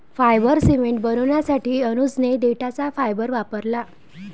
fibre cement बनवण्यासाठी अनुजने देठाचा फायबर वापरला